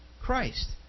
Christ